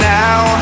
now